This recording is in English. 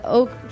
ook